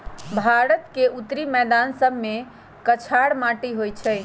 भारत के उत्तरी मैदान सभमें कछार माटि होइ छइ